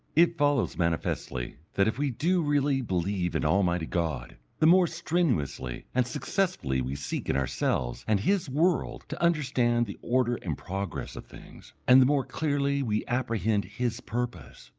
it follows manifestly that if we do really believe in almighty god, the more strenuously and successfully we seek in ourselves and his world to understand the order and progress of things, and the more clearly we apprehend his purpose,